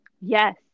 yes